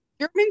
german